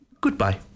Goodbye